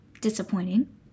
disappointing